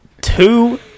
two